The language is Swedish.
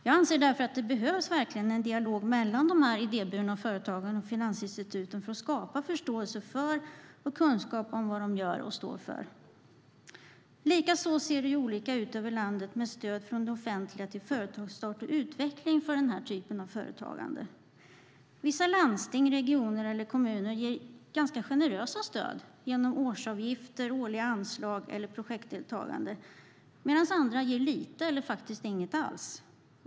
Jag anser därför att det verkligen behövs en dialog mellan de idéburna företagen och finansinstituten för att skapa förståelse för och kunskap om vad de gör och står för. Likaså ser det olika ut över landet i fråga om stöd från det offentliga till företagsstart och utveckling för denna typ av företagande. Vissa landsting, regioner och kommuner ger ganska generösa stöd genom årsavgifter, årliga anslag eller projektdeltagande, medan andra ger lite eller faktiskt inget alls.